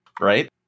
right